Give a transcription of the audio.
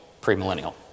pre-millennial